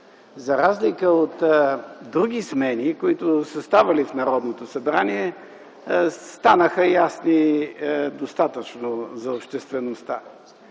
за разлика от други смени, които са ставали в Народното събрание, стана достатъчно ясна за обществеността.